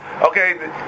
okay